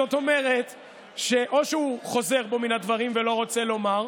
זאת אומרת שאו שהוא חוזר בו מן הדברים ולא רוצה לומר,